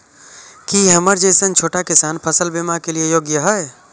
की हमर जैसन छोटा किसान फसल बीमा के लिये योग्य हय?